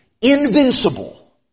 invincible